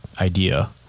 idea